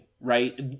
right